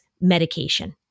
medication